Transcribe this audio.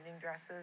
dresses